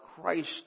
Christ